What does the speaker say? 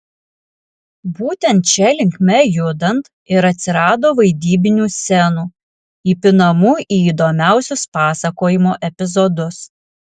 būtent šia linkme judant ir atsirado vaidybinių scenų įpinamų į įdomiausius pasakojimo epizodus